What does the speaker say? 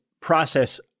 process